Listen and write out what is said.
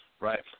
Right